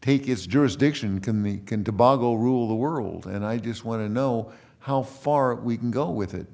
take its jurisdiction camy can to boggle rule the world and i just want to know how far we can go with it